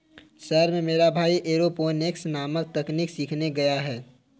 शहर में मेरा भाई एरोपोनिक्स नामक तकनीक सीखने गया है